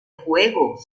juego